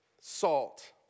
salt